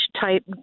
type